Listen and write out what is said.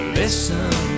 listen